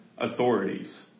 authorities